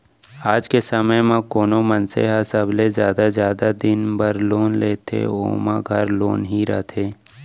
आज के समे म कोनो मनसे ह सबले जादा जादा दिन बर लोन लेथे ओमा घर लोन ही रथे